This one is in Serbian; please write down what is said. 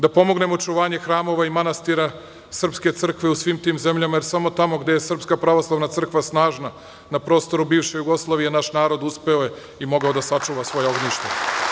Da pomognem očuvanje hramova i manastira srpske crkve u svim tim zemljama, jer samo tamo gde je Srpska pravoslavna crkva snažna na prostoru bivše Jugoslavije, naš narod uspeo je i mogao da sačuva svoja ognjišta.